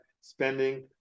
spending